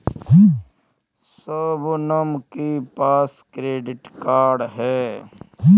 शबनम के पास credit card है